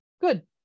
Good